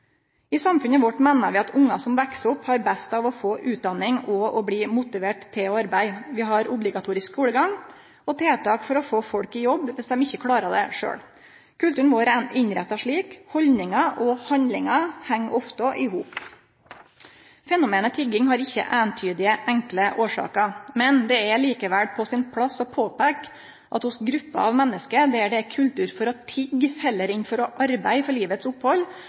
I samfunnet vårt meiner vi at ungar som veks opp, har best av å få utdanning og bli motiverte til å arbeide. Vi har obligatorisk skulegang og tiltak for å få folk i jobb viss dei ikkje klarer det sjølve. Kulturen vår er innretta slik – haldningar og handlingar heng ofte i hop. Fenomenet tigging har ikkje eintydige, enkle årsaker. Men det er likevel på sin plass å påpeike at hos grupper av menneske der det er kultur for å tigge heller enn å arbeide til livsopphald, blir ungane ofte hindra i å ta skulegang. Det blir for